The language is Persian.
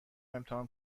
امتحان